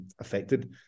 affected